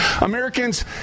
Americans